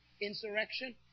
insurrection